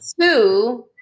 two